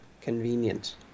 convenient